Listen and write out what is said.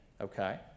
okay